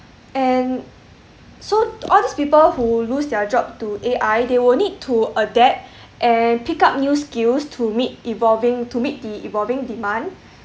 and so all these people who lose their job to A_I they will need to adapt and pick up new skills to meet evolving to meet the evolving demand